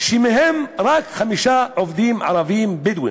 ומהם רק חמישה עובדים הם ערבים-בדואים,